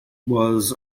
was